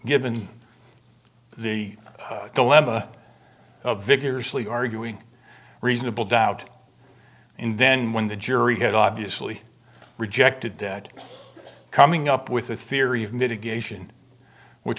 given the dilemma of vigorously arguing reasonable doubt and then when the jury had obviously rejected that coming up with a theory of mitigation which